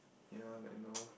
ya like now